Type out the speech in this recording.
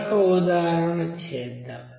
మరొక ఉదాహరణ చేద్దాం